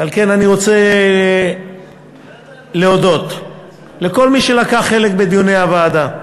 ועל כן אני רוצה להודות לכל מי שלקח חלק בדיוני הוועדה: